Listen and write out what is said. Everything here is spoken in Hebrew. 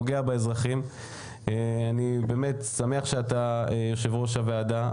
אני שמח שאתה יושב-ראש הוועדה,